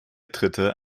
dritte